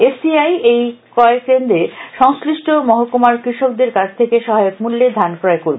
F C I এই ক্রয় কেন্দ্রে সংশ্লিষ্ট মহকুমার কৃষকদের কাছ থেকে সহায়ক মূল্যে ধান ক্রয় করবে